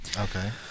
Okay